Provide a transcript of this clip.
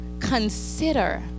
consider